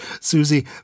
Susie